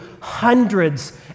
hundreds